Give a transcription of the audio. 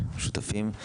שותפים.